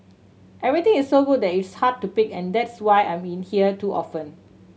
everything is so good that it's hard to pick and that's why I'm in here too often